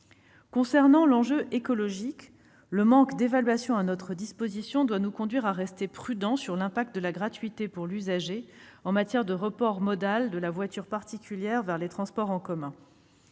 Concernant l'enjeu écologique, le manque d'évaluations à notre disposition doit nous conduire à rester prudents sur l'incidence de la gratuité pour l'usager en matière de report modal de la voiture particulière vers les transports en commun.